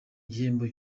igihembo